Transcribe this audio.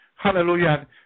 Hallelujah